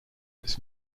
its